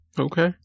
Okay